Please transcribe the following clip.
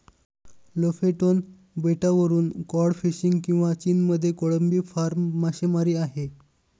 Lofoten बेटावरून cod fishing किंवा चीनमध्ये कोळंबी फार्म मासेमारी आहे